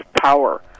power